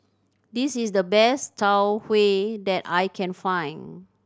this is the best Tau Huay that I can find